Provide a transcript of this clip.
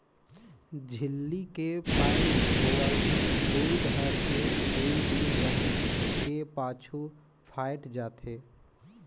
झिल्ली के पैक होवल दूद हर एक दुइ दिन रहें के पाछू फ़ायट जाथे